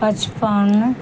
पचपन